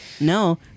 no